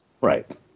Right